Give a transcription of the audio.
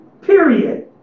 period